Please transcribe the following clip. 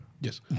Yes